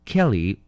Kelly